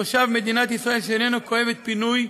תושב מדינת ישראל שאיננו כואב פינוי